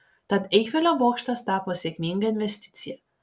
tad eifelio bokštas tapo sėkminga investicija